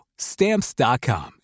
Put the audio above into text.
Stamps.com